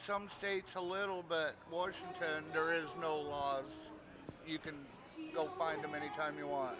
some states a little but washington there is no laws you can still find them any time you want